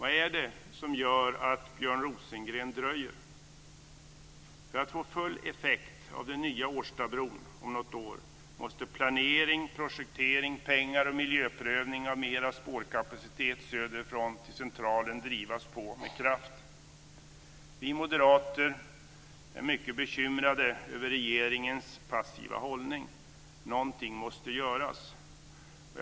Vad är det som gör att Björn Rosengren dröjer? För att om något år få full effekt av den nya Årstabron, måste planering, projektering, pengar och miljöprövning av mera spårkapacitet söderifrån till Centralen drivas på med kraft. Någonting måste göras.